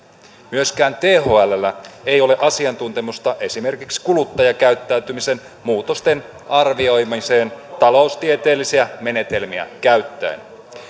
myöskään thlllä ei ole asiantuntemusta esimerkiksi kuluttajakäyttäytymisen muutosten arvioimiseen taloustieteellisiä menetelmiä käyttäen